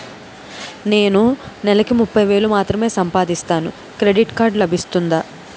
నేను నెల కి ముప్పై వేలు మాత్రమే సంపాదిస్తాను క్రెడిట్ కార్డ్ లభిస్తుందా?